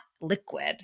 liquid